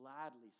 gladly